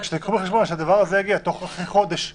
רק קחו בחשבון שהדבר הזה יגיע אחרי חודש מהאירוע.